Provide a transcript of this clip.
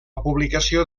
publicació